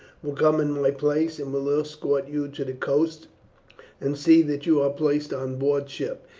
will come in my place and will escort you to the coast and see that you are placed on board ship.